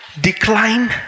Decline